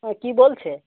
হ্যাঁ কী বলছে